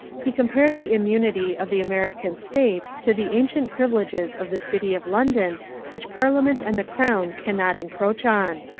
he compared the immunity of the american states to the ancient privileges of the city of london which parliament and the crown cannot encroach on.